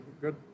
good